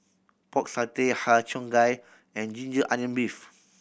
Pork Satay Har Cheong Gai and ginger onion beef